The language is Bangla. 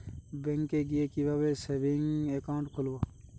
ব্যাঙ্কে গিয়ে কিভাবে সেভিংস একাউন্ট খুলব?